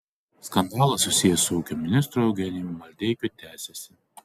skandalas susijęs su ūkio ministru eugenijumi maldeikiu tęsiasi